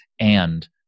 and-